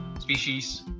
species